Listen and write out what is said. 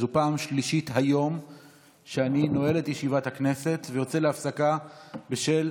זו פעם שלישית היום שאני נועל את ישיבת הכנסת ויוצא להפסקה בשל